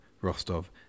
Rostov